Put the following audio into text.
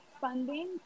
funding